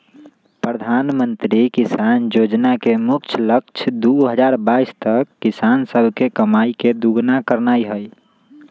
प्रधानमंत्री किसान जोजना के मुख्य लक्ष्य दू हजार बाइस तक किसान सभके कमाइ के दुगुन्ना करनाइ हइ